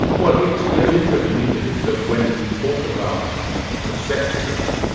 well it's it's interesting, isn't it, that when we talk about perception,